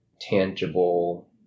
tangible